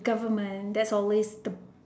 government that always the